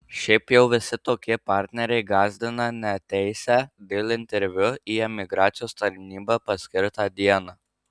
šiaip jau visi tokie partneriai gąsdina neateisią dėl interviu į emigracijos tarnybą paskirtą dieną